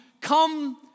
come